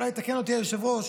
ואולי יתקן אותי היושב-ראש,